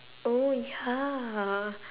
oh ya